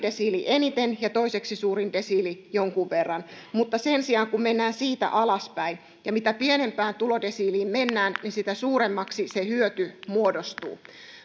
desiili eniten ja toiseksi suurin desiili jonkun verran mutta sen sijaan kun mennään siitä alaspäin mitä pienempään tulodesiiliin mennään niin sitä suuremmaksi se hyöty muodostuu